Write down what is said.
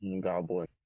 goblin